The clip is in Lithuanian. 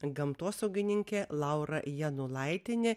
gamtosaugininkė laura janulaitienė